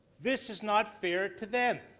this is not fair to them.